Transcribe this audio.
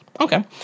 Okay